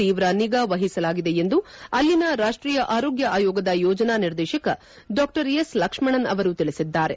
ತೀವ್ರ ನಿಗಾ ವಹಿಸಲಾಗಿದೆ ಎಂದು ಅಲ್ಲಿನ ರಾಷ್ಟೀಯ ಆರೋಗ್ಯ ಆಯೋಗದ ಯೋಜನಾ ನಿರ್ದೇಶಕ ಡಾ ಎಸ್ ಲಕ್ಷ್ಮಣನ್ ಅವರು ತಿಳಿಸಿದ್ದಾರೆ